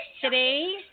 today